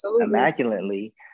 immaculately